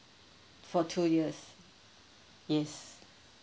for two years yes